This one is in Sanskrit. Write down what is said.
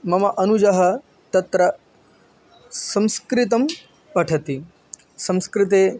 मम अनुजः तत्र संस्कृतं पठति संस्कृते